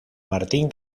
martín